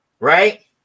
Right